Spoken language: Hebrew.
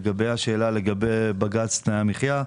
לגבי בג"ץ תנאי המחיה.